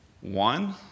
one